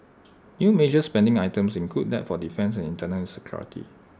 new major spending items included that for defence and internal security